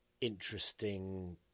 interesting